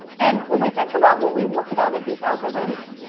and when we think about what we want out of these algorithms,